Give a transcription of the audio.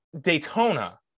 daytona